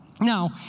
Now